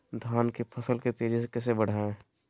धान की फसल के तेजी से कैसे बढ़ाएं?